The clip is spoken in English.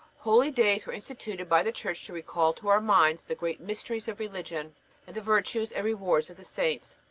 holydays were instituted by the church to recall to our minds the great mysteries of religion and the virtues and rewards of the saints.